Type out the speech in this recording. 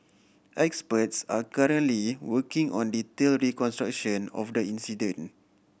experts are currently working on detailed reconstruction of the incident